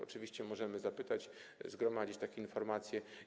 Oczywiście możemy o to zapytać, zgromadzić takie informacje.